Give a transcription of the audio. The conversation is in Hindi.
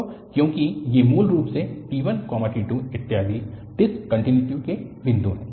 तो क्योंकि ये मूल रूप से t1 t2 इत्यादि डिसकन्टिन्युटी के बिंदु हैं